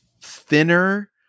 thinner